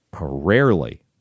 rarely